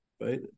right